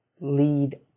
lead